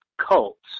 cults